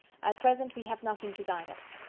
at present we have nothing to guide us.